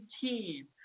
team